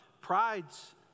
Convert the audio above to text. pride's